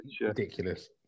Ridiculous